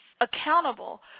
Accountable